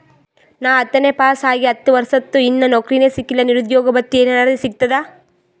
ನಾ ಹತ್ತನೇ ಪಾಸ್ ಆಗಿ ಹತ್ತ ವರ್ಸಾತು, ಇನ್ನಾ ನೌಕ್ರಿನೆ ಸಿಕಿಲ್ಲ, ನಿರುದ್ಯೋಗ ಭತ್ತಿ ಎನೆರೆ ಸಿಗ್ತದಾ?